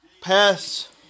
pass